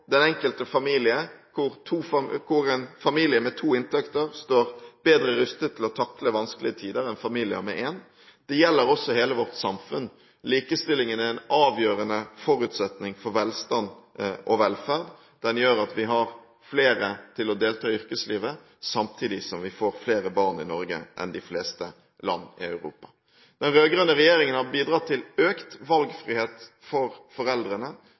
den enkelte familie – hvor en familie med to inntekter står bedre rustet til å takle vanskelige tider enn familier med én inntekt – det gjelder også hele vårt samfunn. Likestillingen er en avgjørende forutsetning for velstand og velferd. Den gjør at vi har flere til å delta i yrkeslivet, samtidig som vi får flere barn i Norge enn i de fleste land i Europa. Den rød-grønne regjeringen har bidratt til økt valgfrihet for foreldrene